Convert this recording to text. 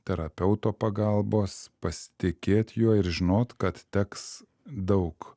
terapeuto pagalbos pasitikėt juo ir žinot kad teks daug